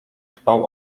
dbał